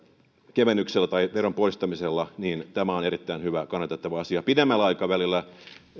kevennyksellä tai veron poistamisella niin tämä on erittäin hyvä ja kannatettava asia pidemmällä aikavälillä